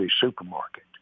supermarket